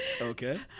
Okay